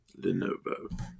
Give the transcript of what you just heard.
Lenovo